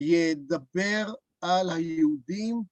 ידבר על היהודים